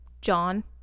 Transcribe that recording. John